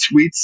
tweets